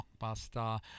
blockbuster